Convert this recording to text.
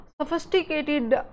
sophisticated